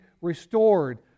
restored